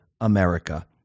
America